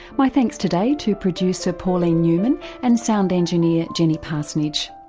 my thanks today to producer pauline newman and sound engineer jenny parsonage.